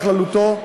בכללותו,